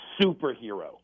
superhero